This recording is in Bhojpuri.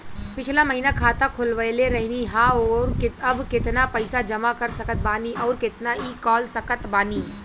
पिछला महीना खाता खोलवैले रहनी ह और अब केतना पैसा जमा कर सकत बानी आउर केतना इ कॉलसकत बानी?